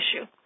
issue